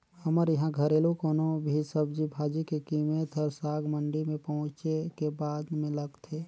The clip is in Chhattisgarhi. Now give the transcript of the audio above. हमर इहां घरेलु कोनो भी सब्जी भाजी के कीमेत हर साग मंडी में पहुंचे के बादे में लगथे